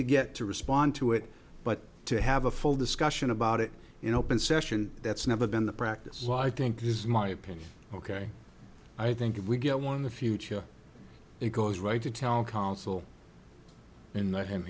to get to respond to it but to have a full discussion about it in open session that's never been the practice so i think it is my opinion ok i think if we get one in the future it goes right to tell counsel and let him